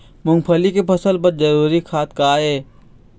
मूंगफली के फसल बर जरूरी खाद का ये?